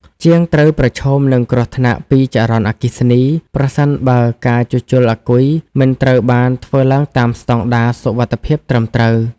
ជាងត្រូវប្រឈមនឹងគ្រោះថ្នាក់ពីចរន្តអគ្គិសនី ប្រសិនបើការជួសជុលអាគុយមិនត្រូវបានធ្វើឡើងតាមស្តង់ដារសុវត្ថិភាពត្រឹមត្រូវ។